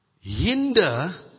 hinder